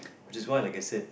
which is why like I said